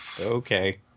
Okay